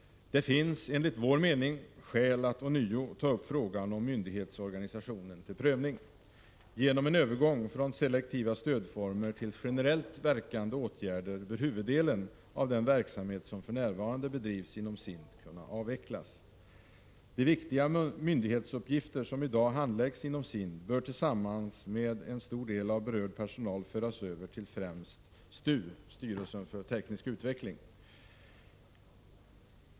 Det finns enligt vår mening skäl att ånyo ta upp frågan om myndighetsorganisationen till prövning. Genom en övergång från selektiva stödformer till generellt verkande åtgärder bör huvuddelen av den verksamhet som för närvarande bedrivs inom SIND kunna avvecklas. De viktiga myndighetsuppgifter som i dag handläggs inom SIND bör tillsammans med en stor del av berörd personal föras över till fträmst STU, styrelsen för teknisk utveckling.